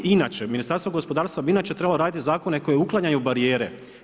Ministarstvo gospodarstva bi inače trebalo raditi zakone koji uklanjanju barijere.